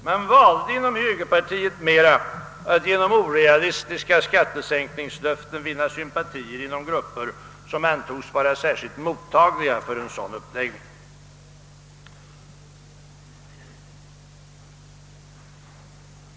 Man valde inom högerpartiet mera att genom orealistiska skattesänkningslöften vinna sympatier inom grupper som antogs vara särskilt mottagliga för en sådan uppläggning.